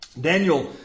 Daniel